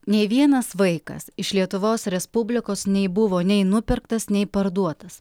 nė vienas vaikas iš lietuvos respublikos nei buvo nei nupirktas nei parduotas